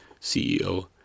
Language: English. ceo